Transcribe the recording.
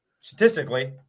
statistically